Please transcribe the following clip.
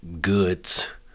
goods